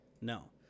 no